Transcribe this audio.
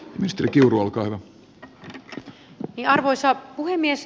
ministeri kiuru olkaa hyvä kupi arvoisa puhemies